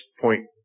point